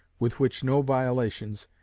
with which no volitions,